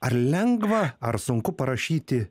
ar lengva ar sunku parašyti